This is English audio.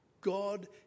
God